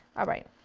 alright,